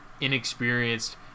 inexperienced